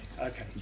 okay